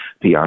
PR